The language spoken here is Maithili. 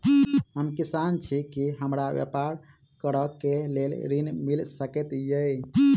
हम किसान छी की हमरा ब्यपार करऽ केँ लेल ऋण मिल सकैत ये?